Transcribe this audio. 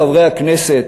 לחברי הכנסת,